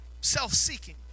self-seeking